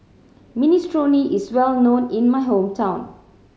minestrone is well known in my hometown